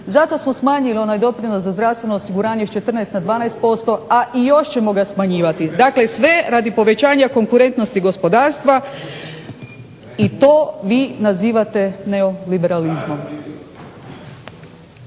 Zato smo smanjili onaj doprinos za zdravstveno osiguranje sa 14 na 12% a i još ćemo ga smanjivati. Dakle, sve radi povećanja konkurentnosti gospodarstva i to vi nazivate neoliberalizmom.